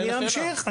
אני אמשיך.